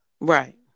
Right